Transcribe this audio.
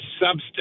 substance